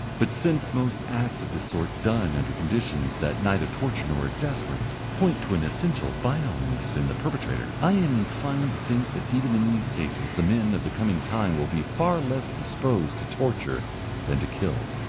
but since most acts of this sort done under conditions that neither torture nor exasperate, point to an essential vileness in the perpetrator, i am inclined to think that even in these cases the men of the coming time will be far less disposed to torture than to kill.